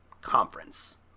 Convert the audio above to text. conference